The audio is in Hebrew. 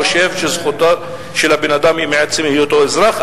כי אני חושב שזכותו של הבן-אדם היא מעצם היותו אזרח,